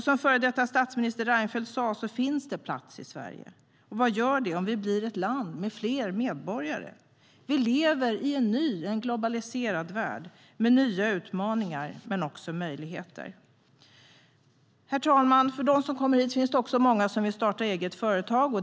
Som före detta statsminister Reinfeldt sa finns det plats i Sverige. Och vad gör det om vi blir ett land med fler medborgare? Vi lever i en ny, globaliserad värld med nya utmaningar men också möjligheter. Herr talman! Bland dem som kommer hit finns det också många som vill starta eget företag.